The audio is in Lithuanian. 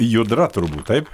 judra turbūt taip